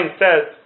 says